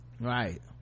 right